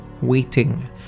waiting